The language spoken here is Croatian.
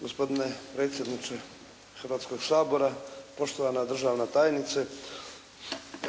Gospodine predsjedniče Hrvatskog sabora, poštovana državna tajnice.